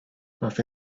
found